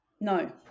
No